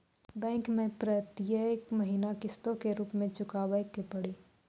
Bank मैं प्रेतियेक महीना किस्तो के रूप मे चुकाबै के पड़ी?